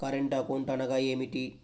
Current account అనగా ఏమిటి?